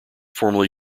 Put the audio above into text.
formally